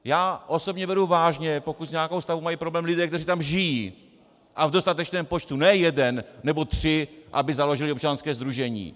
Já osobně beru vážně, pokud s nějakou stavbou mají problém lidé, kteří tam žijí, a v dostatečném počtu, ne jeden nebo tři, aby založili občanské sdružení.